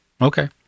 okay